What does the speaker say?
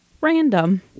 random